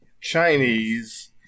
Chinese